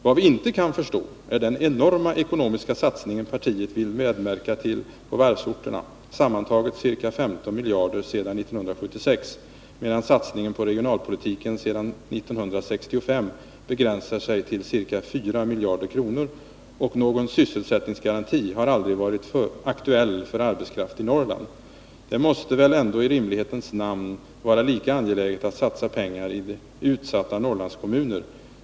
Vad vi inte kan förstå är den enorma ekonomiska satsningen partiet vill medverka till på varvsorterna, sammantaget cirka 15 miljarder sedan 1976, medan satsningen på regionalpolitiken sedan 1965 begränsar sig till cirka 4 miljarder kronor, och någon ”sysselsättningsgaranti” har aldrig varit aktuell för arbetskraft i Norrland. Det måste väl ändå i rimlighetens namn vara lika angeläget att satsa pengar i utsatta norrlandskommuner.